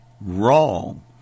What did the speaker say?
wrong